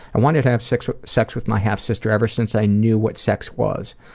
i wanted to have sex with sex with my half-sister ever since i knew what sex was.